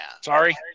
Sorry